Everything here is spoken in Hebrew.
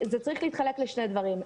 זה צריך להתחלק לשני דברים.